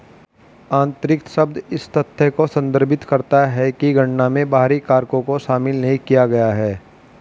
आंतरिक शब्द इस तथ्य को संदर्भित करता है कि गणना में बाहरी कारकों को शामिल नहीं किया गया है